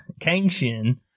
Kangshin